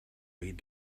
read